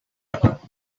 about